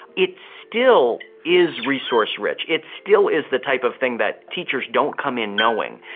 it still is resource rich, it still is the type of thing that teachers don't come in knowing,